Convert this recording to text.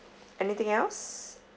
anything else